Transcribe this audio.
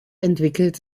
entwickelt